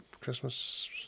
Christmas